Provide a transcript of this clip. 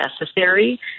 necessary